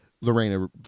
Lorena